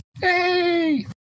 hey